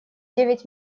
девять